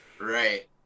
Right